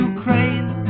Ukraine